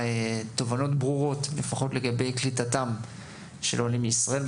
תובנות ברורות לפחות לגבי קליטתם של העולים בישראל.